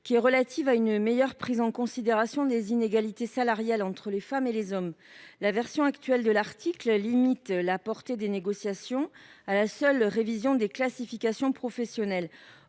à savoir une meilleure prise en considération des inégalités salariales entre les femmes et les hommes. La version actuelle de l’article 4 limite la portée des négociations à la seule révision des classifications professionnelles.